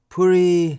Puri